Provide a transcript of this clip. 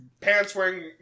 pants-wearing